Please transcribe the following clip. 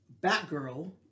Batgirl